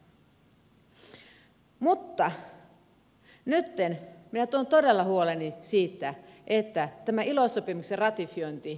mutta nytten minä tuon todella huoleni tästä ilo sopimuksen ratifioinnista